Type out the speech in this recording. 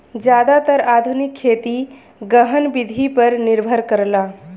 जादातर आधुनिक खेती गहन विधि पर निर्भर करला